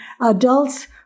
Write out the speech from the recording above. adults